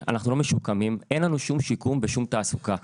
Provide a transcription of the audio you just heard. אנחנו לא משוקמים, אין לנו שום שיקום בשום תעסוקה.